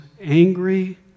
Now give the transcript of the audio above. angry